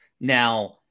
Now